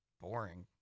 boring